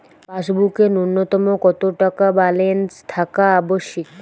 পাসবুকে ন্যুনতম কত টাকা ব্যালেন্স থাকা আবশ্যিক?